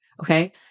Okay